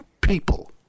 people